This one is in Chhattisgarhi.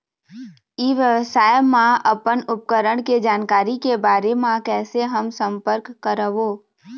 ई व्यवसाय मा अपन उपकरण के जानकारी के बारे मा कैसे हम संपर्क करवो?